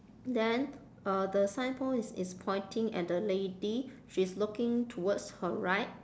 then uh the sign post is is pointing at the lady she's looking towards her right